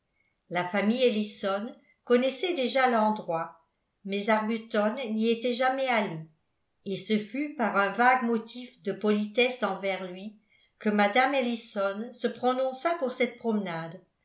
la famille ellison connaissait déjà l'endroit mais arbuton n'y était jamais allé et ce fut par un vague motif de politesse envers lui que mme ellison se prononça pour cette promenade